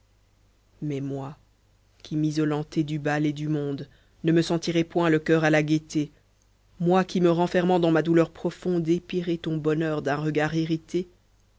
mais moi qui m'isolant et du bal et du monde ne me sentirai point le coeur à la gaîté moi qui me renfermant dans ma douleur profonde kpîrai ton bonheur d'un regard irrite